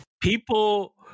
People